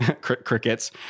Crickets